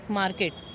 market